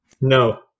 No